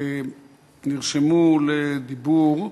נרשמו לדיבור: